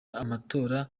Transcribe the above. amatora